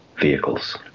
vehicles